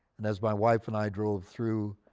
and as my wife and i drove through,